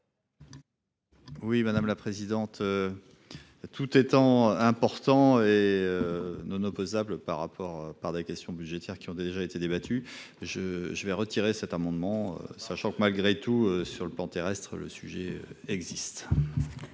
Oui madame la présidente. Tout étant important et. Non opposable par rapport par des questions budgétaires qui ont déjà été. Je je vais retirer cet amendement sachant que malgré tout, sur le plan terrestre le sujet existent.